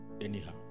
Anyhow